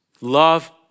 love